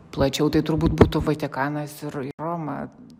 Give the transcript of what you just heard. plačiau tai turbūt būtų vatikanas ir roma